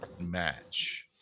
match